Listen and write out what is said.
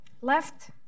left